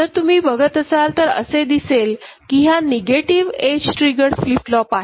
जर तुम्ही बघत असाल तर असे दिसेल कि ह्या negative edge triggered flip flop आहेत